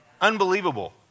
Unbelievable